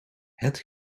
het